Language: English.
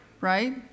right